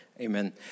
Amen